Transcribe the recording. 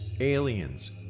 aliens